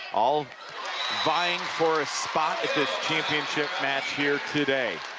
all vying for so at this championship match here today.